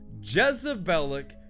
jezebelic